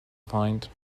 find